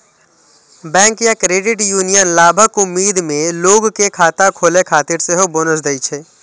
bank या credit union लाभक उम्मीद मे लोग कें खाता खोलै खातिर सेहो बोनस दै छै